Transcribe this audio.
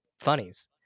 funnies